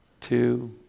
two